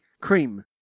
Cream